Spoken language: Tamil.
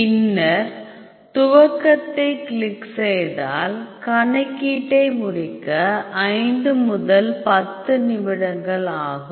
பின்னர் துவக்கத்தைக் கிளிக் செய்தால் கணக்கீட்டை முடிக்க 5 முதல் 10 நிமிடங்கள் ஆகும்